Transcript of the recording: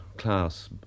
class